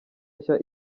nshya